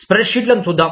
స్ప్రెడ్షీట్లను చూద్దాం